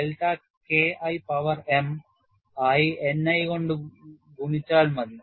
delta K i power m ആയി N i കൊണ്ട് ഗുണിച്ചാൽ മതി